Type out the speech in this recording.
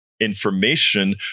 information